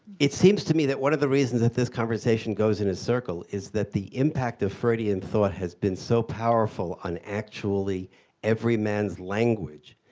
it seems to me that one of the reasons that this conversation goes in a circle is that the impact of freudian thought has been so powerful on actually every man's language,